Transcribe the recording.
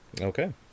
Okay